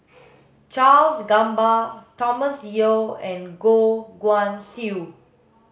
Charles Gamba Thomas Yeo and Goh Guan Siew